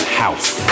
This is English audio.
house